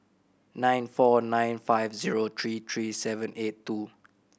nine four nine five zero three three seven eight two